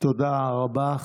תודה רבה.